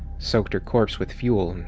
soaked her corpse with fuel,